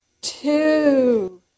two